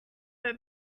her